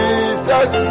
Jesus